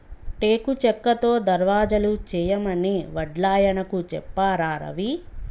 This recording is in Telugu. టేకు చెక్కతో దర్వాజలు చేయమని వడ్లాయనకు చెప్పారా రవి